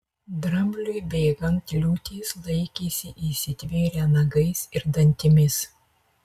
drambliui bėgant liūtės laikėsi įsitvėrę nagais ir dantimis